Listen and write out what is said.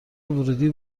ورودی